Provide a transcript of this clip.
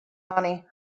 johnny